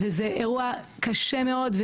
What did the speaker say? וזה אירוע קשה מאוד.